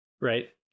right